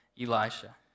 Elisha